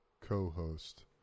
co-host